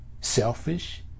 selfish